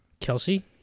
Kelsey